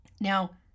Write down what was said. Now